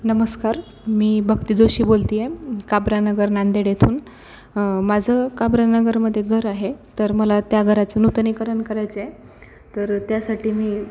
नमस्कार मी भक्ती जोशी बोलते आहे काबरा नगर नांदेड येथून माझं काबरा नगरमध्ये घर आहे तर मला त्या घराचं नूतनीकरण करायचं आहे तर त्यासाठी मी